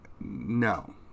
No